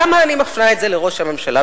למה אני מפנה את זה לראש הממשלה,